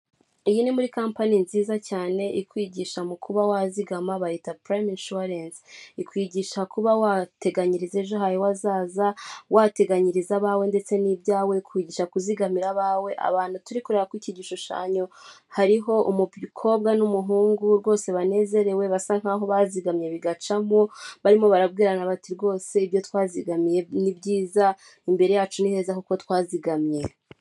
Iyi ni muri company nziza cyane ikwigisha mu kuba wazigama bayita purayime inshuwarensi. Ikwigisha kuba wateganyiriza ejo hawe hazaza, wateganyiriza abawe ndetse n'ibyawe, ikwigisha kuzigamira abawe, abantu turi kureba kuri iki gishushanyo hariho umukobwa n'umuhungu rwose banezerewe basa nkaho bazigamye bigacamo, barimo barabwirana bati rwose ibyo twazigamiye ni byiza, imbere yacu ni heza kuko twazigamye.